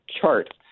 chart